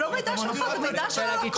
זה לא מידע שלך, זה מידע של הלקוח.